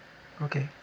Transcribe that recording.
okay